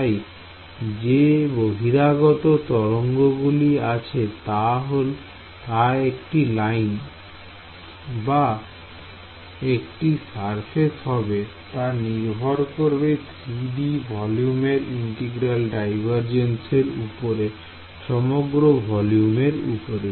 তাই যে বহিরাগত তরঙ্গ গুলি আছে তা একটি লাইন বা একটি সারফেস হবে তা নির্ভর করবে 3D ভলিউম ইন্টিগ্রাল ডাইভারজেন্স এর উপরে সমগ্র ভলিউম এর উপর